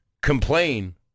complain